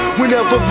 whenever